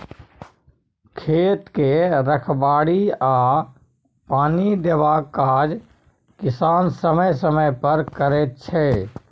खेत के रखबाड़ी आ पानि देबाक काज किसान समय समय पर करैत छै